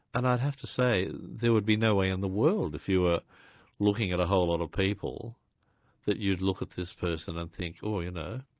and i'd have to say there would be no way in the world if you were looking at a whole lot of people that you'd look at this person and think, oh, ah